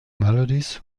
melodies